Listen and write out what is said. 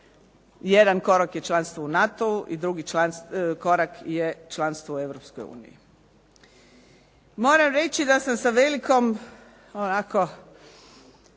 Jedan korak je članstvo u NATO-u i drugi korak je članstvo u Europskoj uniji. Moram reći da sam sa velikom